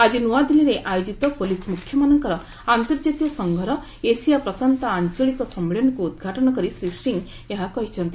ଆଜି ନୂଆଦିଲ୍ଲୀରେ ଆୟୋକିତ ପୁଲିସ୍ ମୁଖ୍ୟମାନଙ୍କର ଆନ୍ତର୍ଜାତୀୟ ସଂଘର ଏସିଆ ପ୍ରଶାନ୍ତ ଆଞ୍ଚଳିକ ସମ୍ମିଳନୀକୁ ଉଦ୍ଘାଟନ କରି ଶ୍ରୀ ସିଂ ଏହା କହିଛନ୍ତି